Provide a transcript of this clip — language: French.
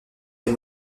des